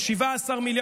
ב-17 מיליון,